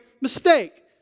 mistake